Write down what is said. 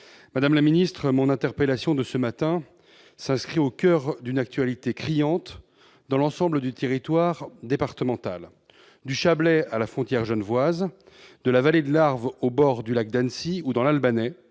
Madame la ministre, mon interpellation de ce matin s'inscrit au coeur d'une actualité criante dans l'ensemble du territoire départemental, du Chablais à la frontière genevoise, de la vallée de l'Arve aux bords du lac d'Annecy ou dans l'Albanais.